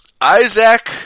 Isaac